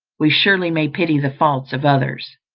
we surely may pity the faults of others.